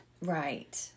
Right